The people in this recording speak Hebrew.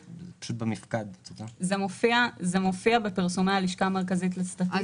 זה מופיע בפרסומי הלשכה המרכזית לסטטיסטיקה,